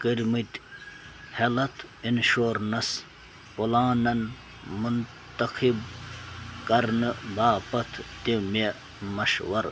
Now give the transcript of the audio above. کٔرۍمٕتۍ health insurance پٕلانَن مُنتخب کَرنہٕ باپتھ دِ مےٚ مشوَر